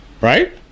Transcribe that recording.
Right